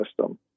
system